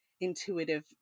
intuitive